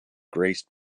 grace